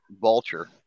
vulture